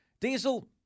Diesel